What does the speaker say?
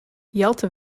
jelte